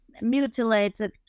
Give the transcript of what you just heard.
mutilated